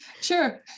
Sure